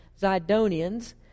Zidonians